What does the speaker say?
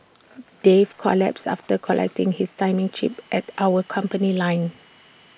Dave collapsed after collecting his timing chip at our company line